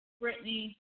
Brittany